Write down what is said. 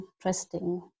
interesting